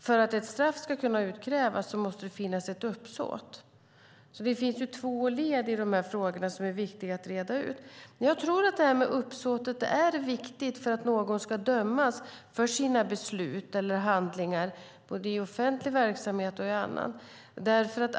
För att ett straff ska kunna utkrävas måste det finnas ett uppsåt, så det finns två led i de här frågorna som är viktiga att reda ut. Jag tror att det här med uppsåtet är viktigt för att någon ska dömas för sina beslut eller handlingar, både i offentlig verksamhet och i annan.